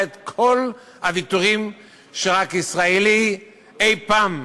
את כל הוויתורים שאין ישראלי שאי-פעם,